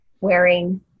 wearing